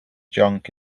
junk